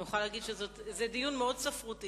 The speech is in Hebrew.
אני מוכרחה להגיד שזה דיון מאוד ספרותי.